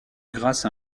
grâce